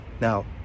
Now